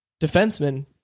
defenseman